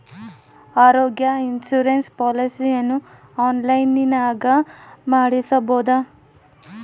ಆರೋಗ್ಯ ಇನ್ಸುರೆನ್ಸ್ ಪಾಲಿಸಿಯನ್ನು ಆನ್ಲೈನಿನಾಗ ಮಾಡಿಸ್ಬೋದ?